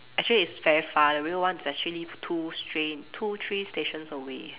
actually it's very far the real one is actually two strain two train stations away